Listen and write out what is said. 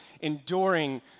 enduring